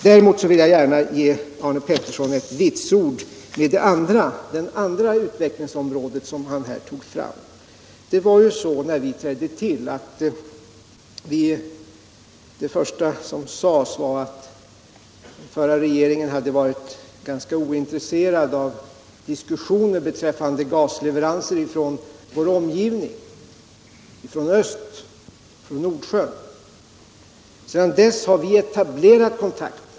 Däremot vill jag gärna ge Arne Pettersson ett erkännande för det andra utvecklingsområde som han här tog fram. Det första som sades när vi trädde till var ju att den förra regeringen hade varit ganska ointresserad av diskussioner beträffande gasleveranser från vår omgivning -— från öst och från Nordsjön. Sedan dess har vi etablerat kontakter.